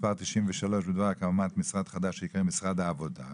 מספר 93 בדבר הקמת משרד חדש שייקרא משרד העבודה.